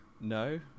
No